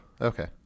Okay